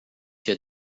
your